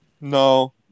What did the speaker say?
No